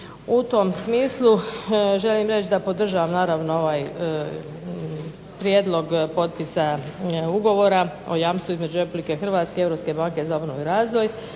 U tom smislu želim reći da podržavam naravno ovaj prijedlog potpisa ugovora o jamstvu između Republike Hrvatske i Europske banke